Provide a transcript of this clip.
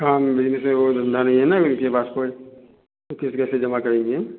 हाँ बिजनेस या कोई धंधा नहीं है ना इनके पास कोई तो किश्त कैसे जमा करेंगी